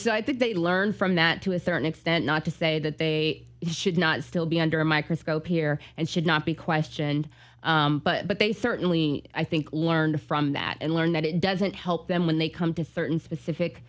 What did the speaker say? future i think they learned from that to a certain extent not to say that they should not still be under a microscope here and should not be questioned but they certainly i think learned from that and learned that it doesn't help them when they come to certain specific